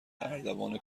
اردوان